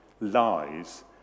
lies